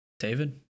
David